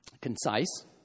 concise